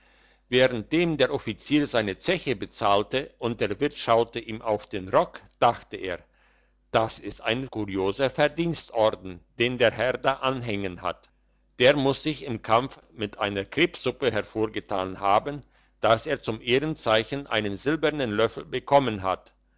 währenddem der offizier seine zeche bezahlte und der wirt schaute ihm auf den rock dachte er das ist ein kurioser verdienstorden den der herr da anhängen hat der muss sich im kampf mit einer krebssuppe hervorgetan haben dass er zum ehrenzeichen einen silbernen löffel bekommen hat